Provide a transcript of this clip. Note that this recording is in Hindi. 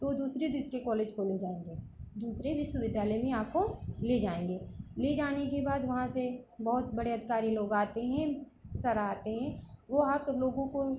तो दूसरे दूसरे कॉलेज को ले जाएँगे दूसरे विश्वविद्यालय में आपको ले जाएँगे ले जाने के बाद वहाँ से बहुत बड़े अधिकारी लोग आते है सर आते हैं वह आप सब लोगों को